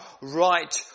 right